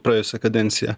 praėjusią kadenciją